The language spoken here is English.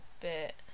bit